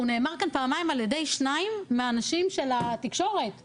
נאמר כאן פעמיים על ידי שניים מאנשי התקשורת שהציגו.